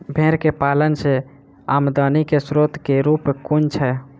भेंर केँ पालन सँ आमदनी केँ स्रोत केँ रूप कुन छैय?